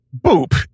boop